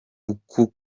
uku